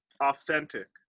authentic